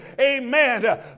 Amen